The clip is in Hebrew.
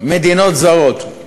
מדינות זרות.